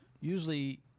usually